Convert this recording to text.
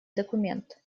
документ